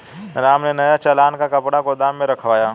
राम ने नए चालान का कपड़ा गोदाम में रखवाया